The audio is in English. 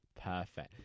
Perfect